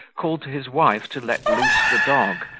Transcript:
called to his wife to let loose the dog,